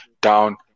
down